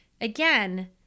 Again